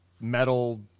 metal